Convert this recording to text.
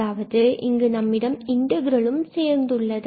அதாவது இங்கு நம்மிடம் இன்டகிரலும் சேர்ந்து உள்ளது